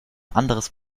anderes